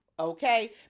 Okay